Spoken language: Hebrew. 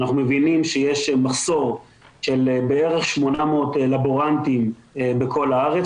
אנחנו מבינים שיש מחסור של בערך 800 לבורנטים בכל הארץ,